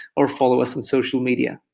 or follow us on social media.